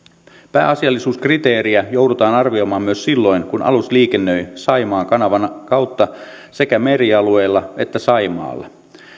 pääasiallisuuskriteeriä joudutaan arvioimaan myös silloin kun alus liikennöi saimaan kanavan kautta sekä merialueilla että saimaalla